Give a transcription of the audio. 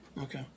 Okay